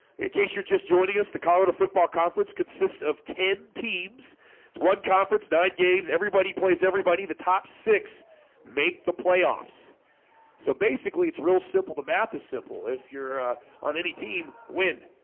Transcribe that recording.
case you're just joining us the colorado football conference consists of ten teams it's one conference night games. everybody plays everybody the top six make the playoffs so basically, it's real simple. the map is simple if you're ah on any team win